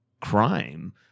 crime